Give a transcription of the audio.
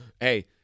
Hey